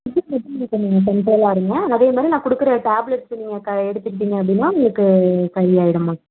கன்ட்ரோலாக இருங்கள் அதே மாதிரி நான் கொடுக்குற டேப்லட்ஸ் நீங்கள் எடுத்துக்கிட்டிங்க அப்படினா உங்களுக்கு சரி ஆயிடும்மா